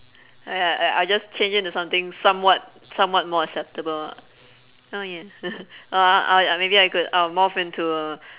!aiya! I I just change it into something somewhat somewhat more acceptable oh ya uh uh I maybe I could uh morph into a